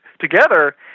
together